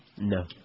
No